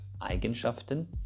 Eigenschaften